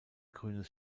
grünes